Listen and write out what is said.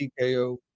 TKO